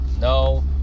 No